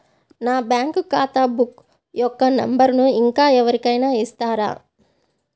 నా బ్యాంక్ ఖాతా బుక్ యొక్క నంబరును ఇంకా ఎవరి కైనా ఇస్తారా?